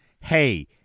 hey